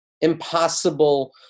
Impossible